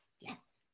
Yes